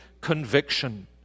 conviction